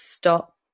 stop